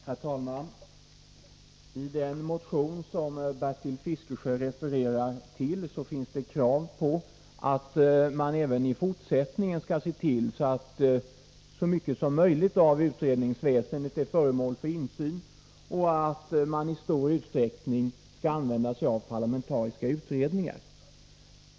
Herr talman! I den motion som Bertil Fiskesjö refererar till finns det krav på att man även i fortsättningen skall se till att så mycket som möjligt av utredningsväsendet är föremål för insyn och att man i stor utsträckning skall använda sig av parlamentariska utredningar.